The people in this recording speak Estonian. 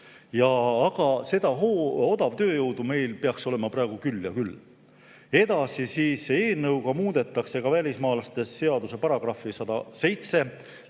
Aga seda odavtööjõudu meil peaks olema praegu küll ja küll. Edasi, eelnõuga muudetakse ka välismaalaste seaduse § 107